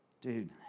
dude